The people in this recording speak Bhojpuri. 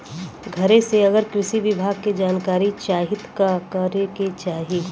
घरे से अगर कृषि विभाग के जानकारी चाहीत का करे के चाही?